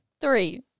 Three